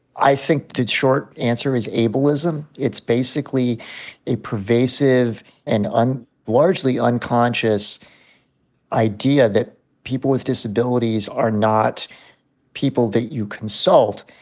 i think the short answer is ableism. it's basically a pervasive and and largely unconscious idea that people with disabilities are not people that you consult.